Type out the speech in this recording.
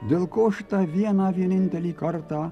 dėl ko aš tą vieną vienintelį kartą